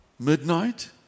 Midnight